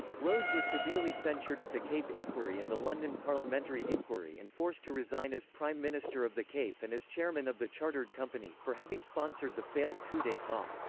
rhodes was severely censured at the cape inquiry and the london parliamentary inquiry and forced to resign as prime minister of the cape and as chairman of the chartered company, for having sponsored the failed coup d'etat.